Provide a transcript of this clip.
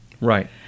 Right